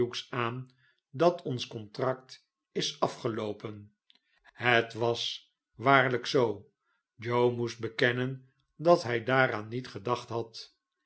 aan dat ons contract is afgeloopen het was waarlijk zoo joe moest bekennen dat hij daaraan niet gedacht had